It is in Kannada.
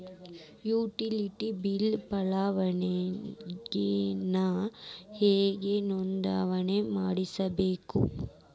ಯುಟಿಲಿಟಿ ಬಿಲ್ ಪಾವತಿಗೆ ನಾ ಹೆಂಗ್ ನೋಂದಣಿ ಮಾಡ್ಸಬೇಕು?